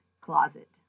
closet